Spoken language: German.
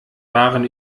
waren